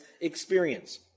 experience